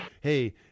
Hey